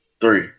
three